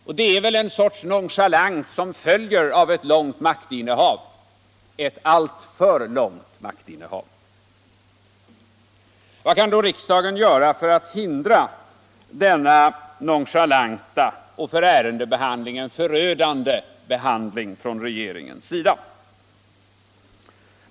Och det är väl en sorts nonchalans som följer av ett långt maktinnehav — ett alltför långt maktinnehav. Vad kan då riksdagen göra för att hindra detta nonchalanta och för ärendebehandlingen förödande tillvägagångssätt från regeringens sida?